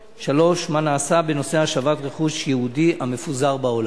3. מה נעשה בנושא השבת רכוש יהודי המפוזר בעולם?